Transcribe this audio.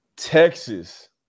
texas